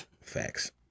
Facts